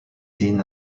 seen